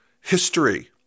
history